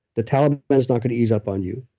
the taliban is not going to ease up on you.